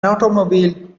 automobile